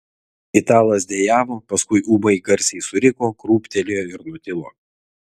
italas dejavo paskui ūmai garsiai suriko krūptelėjo ir nutilo